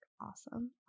awesome